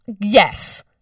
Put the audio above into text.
yes